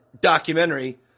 documentary